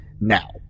now